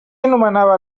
anomenava